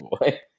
boy